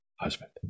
husband